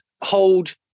hold